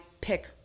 pick